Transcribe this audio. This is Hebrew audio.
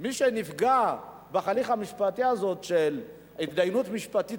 מי שנפגע בהליך המשפטי הזה של התדיינות משפטית